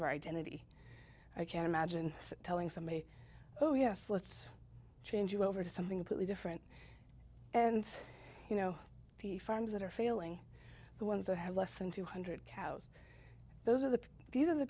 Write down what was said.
of our identity i can imagine us telling somebody oh yes let's change you over to something completely different and you know the firms that are failing the ones i have less than two hundred cows those are the the